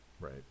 right